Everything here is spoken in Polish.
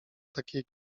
takiej